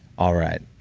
all right.